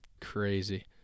Crazy